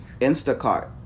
Instacart